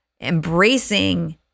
embracing